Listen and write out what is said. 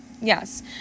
Yes